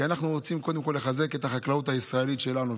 כי אנחנו רוצים קודם כול לחזק את החקלאות הישראלית שלנו.